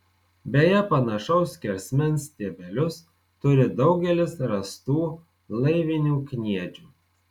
beje panašaus skersmens stiebelius turi daugelis rastų laivinių kniedžių